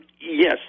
yes